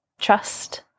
trust